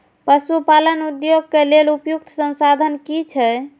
पशु पालन उद्योग के लेल उपयुक्त संसाधन की छै?